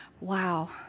wow